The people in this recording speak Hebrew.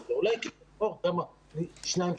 אולי צריך לבחרו שתיים,